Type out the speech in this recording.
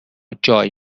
جای